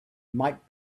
might